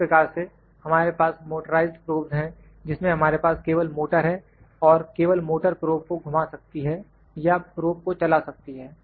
इसी प्रकार से हमारे पास मोटोराइजड प्रोबस् है जिसमें हमारे पास केवल मोटर है और केवल मोटर प्रोब को घुमा सकती हैं या प्रोब को चला सकती हैं